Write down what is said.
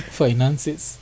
finances